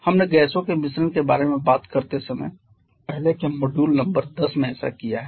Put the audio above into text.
हमने गैसों के मिश्रण के बारे में बात करते समय पहले के मॉड्यूल नंबर 10 में ऐसा किया है